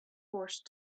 forced